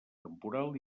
temporal